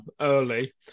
early